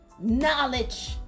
knowledge